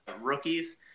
rookies